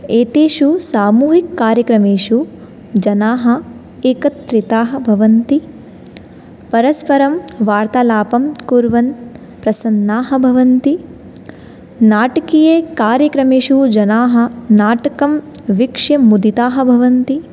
एतेषु सामूहिककार्यक्रमेषु जनाः एकत्रिताः भवन्ति परस्परं वार्तालापं कुर्वन्तः प्रसन्नाः भवन्ति नाटकीयकार्यक्रमेषु जनाः नाटकं वीक्ष्य मुदिताः भवन्ति